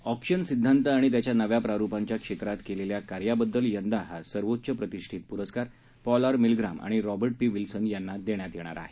auction सिद्धांत आणि त्याच्या नव्या प्रारूपांच्या क्षेत्रात केलेल्या कार्याबद्दल यंदा हा सर्वोच्च प्रतिष्ठित पुरस्कार पॉल आर मिलग्रॅम आणि रॅबर्ट पी विल्सन यांना देण्यात आला आहे